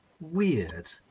weird